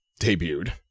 debuted